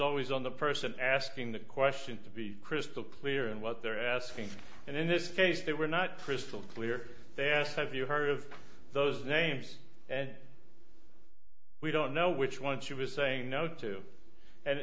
always on the person asking the question to be crystal clear in what they're asking for and in this case they were not crystal clear they asked have you heard of those names and we don't know which one she was saying no to and